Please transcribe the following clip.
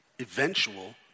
eventual